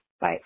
bye